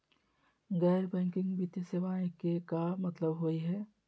गैर बैंकिंग वित्तीय सेवाएं के का मतलब होई हे?